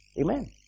Amen